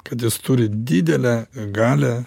kad jis turi didelę galią